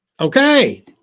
Okay